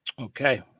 Okay